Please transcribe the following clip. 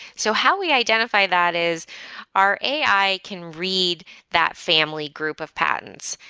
so how we identify that is our ai can read that family group of patents?